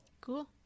Cool